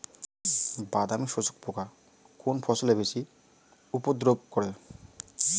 বাদামি শোষক পোকা কোন ফসলে বেশি উপদ্রব করে?